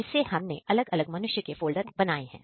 जिससे हम ने अलग अलग मनुष्य के फोल्डर बनाए हैं